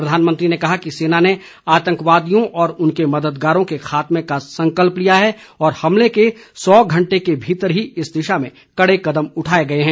प्रधानमंत्री ने कहा कि सेना ने आतंकवादियों और उनके मददगारों के खात्मे का संकल्प लिया है और हमले के सौ घण्टे के भीतर ही इस दिशा में कड़े कदम उठाए गए हैं